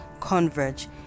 Converge